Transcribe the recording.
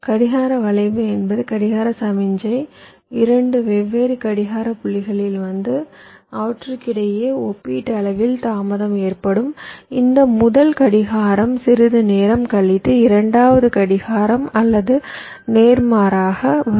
கடிகார வளைவு என்பது கடிகார சமிக்ஞை இரண்டு வெவ்வேறு கடிகார புள்ளிகளில் வந்து அவற்றுக்கிடையே ஒப்பீட்டளவில் தாமதம் ஏற்படும் இந்த முதல் கடிகாரம் சிறிது நேரம் கழித்து இரண்டாவது கடிகாரம் அல்லது நேர்மாறாக வரும்